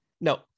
No